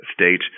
state